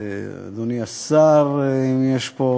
אדוני השר, אם יש פה